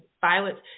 violence